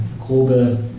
grobe